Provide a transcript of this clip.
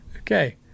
Okay